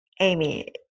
amy